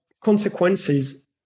consequences